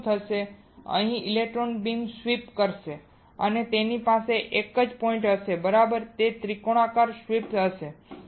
અહીં શું થશે અહીં ઇલેક્ટ્રોન બીમ સ્વિપ કરશે અથવા તેની પાસે એક જ પોઇન્ટ હશે બરાબર તે ત્રિકોણાકાર સ્વીપ હશે